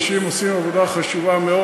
אנשים עושים עבודה חשובה מאוד.